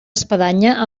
espadanya